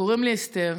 קוראים לי אסתר,